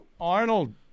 Arnold